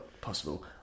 possible